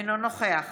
אינו נוכח